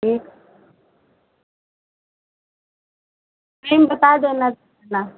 ठीक टाइम बता देना कितना